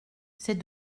c’est